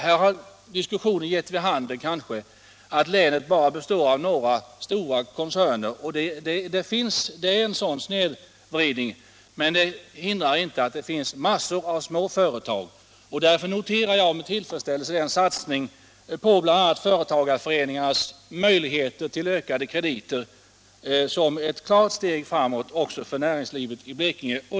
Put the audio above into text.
Här har diskussionen kanske gett vid handen att länets näringsliv bara består av några stora koncerner. Det finns en sådan snedvridning, men det hindrar inte att det också finns massor av små företag. Därför noterar jag med tillfredsställelse den satsning på bl.a. företagarföreningarnas möjligheter till ökade krediter, vilket är ett klart steg framåt också för näringslivet i Blekinge.